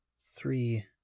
three